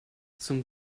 zum